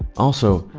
also,